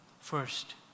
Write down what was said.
First